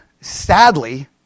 sadly